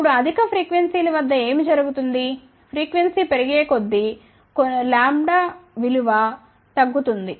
ఇప్పుడుఅధిక ఫ్రీక్వెన్సీల వద్ద ఏమి జరుగుతుంది ఫ్రీక్వెన్సీ పెరిగే కొద్దీ λ విలువ తగ్గుతుంది